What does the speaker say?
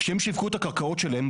כהם שיווקו את הקרקעות שלהם,